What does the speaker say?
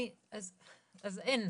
אז אין.